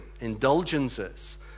indulgences